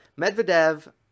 Medvedev